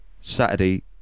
Saturday